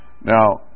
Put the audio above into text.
Now